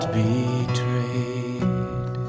betrayed